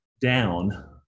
down